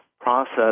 process